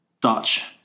Dutch